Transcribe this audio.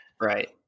Right